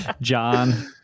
John